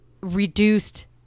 reduced